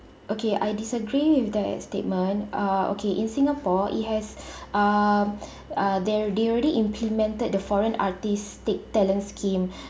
okay I disagree with that statement uh okay in singapore it has um uh they they already implemented the foreign artistic talent scheme